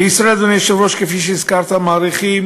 בישראל, אדוני היושב-ראש, כפי שהזכרת, מעריכים